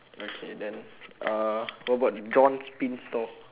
okay then uh what about john's pin store